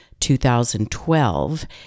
2012